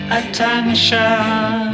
attention